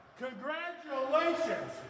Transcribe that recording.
Congratulations